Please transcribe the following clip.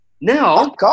Now